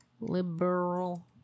Liberal